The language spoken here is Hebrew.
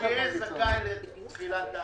הוא יהיה זכאי לתחילת הארנונה.